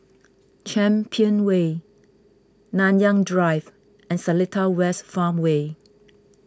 Champion Way Nanyang Drive and Seletar West Farmway